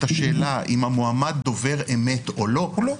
השאלה אם המועמד דובר אמת או לא --- הוא לא.